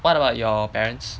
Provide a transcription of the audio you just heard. what about your parents